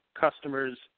customers